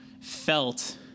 felt